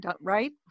right